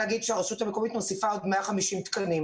לומר שהרשות המקומית מוסיפה עוד 150 תקנים.